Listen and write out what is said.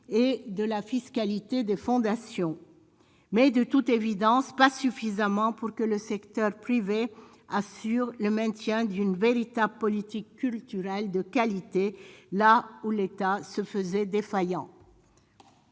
et de la fiscalité des fondations, mais de toute évidence pas suffisamment pour que le secteur privé, assure le maintien d'une véritable politique culturelle de qualité là où l'État se faisait défaillant.